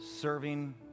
serving